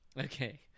Okay